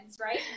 right